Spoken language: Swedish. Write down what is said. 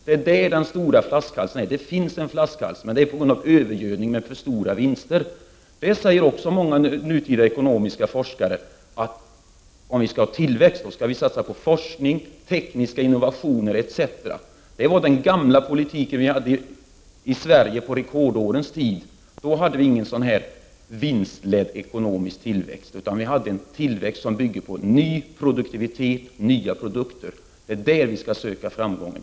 Det finns en flaskhals, men den har uppstått på grund av övergödning med för stora ”politiska” vinster. Det säger också många nutida ekonomiska forskare: Om vi skall ha tillväxt skall vi satsa på forskning, tekniska innovationer, etc. Det var den politik som fördes i Sverige på rekordårens tid — då hade vi ingen vinstledd ekonomisk tillväxt, utan vi hade en tillväxt som byggde på ny produktivitet och nya produkter. Det är där vi skall söka framgången.